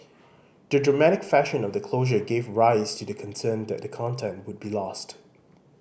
the dramatic fashion of the closure gave rise to the concern that the content would be lost